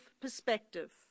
perspective